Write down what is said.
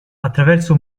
attraverso